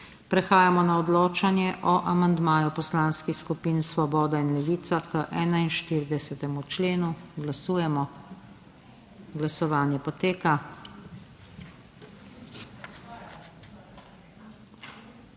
Prehajamo na odločanje o amandmaju poslanskih skupin Svoboda in Levica k 42. členu. Glasujemo. Navzočih